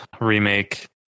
remake